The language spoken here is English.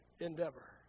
endeavor